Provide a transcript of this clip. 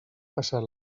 passat